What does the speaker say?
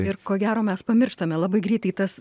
ir ko gero mes pamirštame labai greitai tas